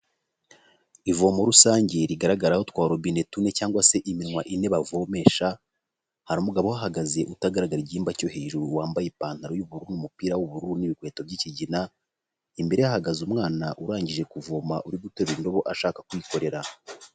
Ivomo rusange rigaragaraho twa robine tune cyangwag se iminwa ine bavomesha, hari umugabo uhahagaze utagaragara igihimba cyo hejuru wambaye ipantaro y'ubururu n'umupira w'ubururu n'ibikweto by'ikigina, imbere ye hahagaze umwana urangije kuvoma uri guterura indobo ashaka kwikorera.